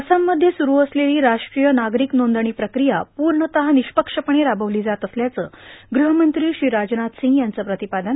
आसाममध्ये सुरू असलेली राष्ट्रीय नागरिक नोंदणी प्रक्रिया पूर्णतः निष्पक्षपणे राबवली जात असल्याचं ग्रहमंत्री श्री राजनाथ सिंग यांचं प्रतिपादन